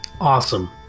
Awesome